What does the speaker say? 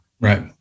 Right